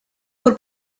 por